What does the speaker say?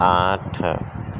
آٹھ